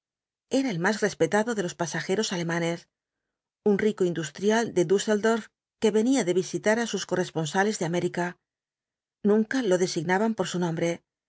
era el más respetado de los pasajeros alemanes un rico industrial de duseldorff que venía de visitar á sus corresponsales de américa nunca lo designaban por su nombre